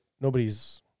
nobody's